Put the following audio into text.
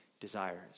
desires